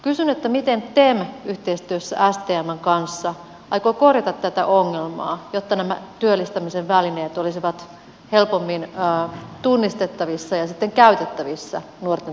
kysyn miten tem yhteistyössä stmn kanssa aikoo korjata tätä ongelmaa jotta nämä työllistämisen välineet olisivat helpommin tunnistettavissa ja sitten käytettävissä nuorten työllistämiseksi